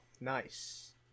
nice